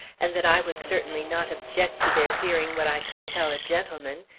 and that i would certainly not object to their hearing what i could tell a gentleman,